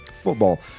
football